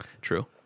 True